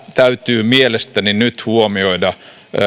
täytyy mielestäni nyt huomioida